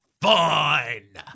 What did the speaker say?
Fine